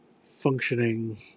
functioning